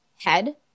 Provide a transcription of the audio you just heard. head